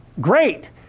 great